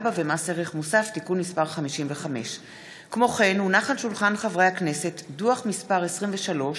64) ומס ערך מוסף (תיקון מס' 55). דוח מס' 23,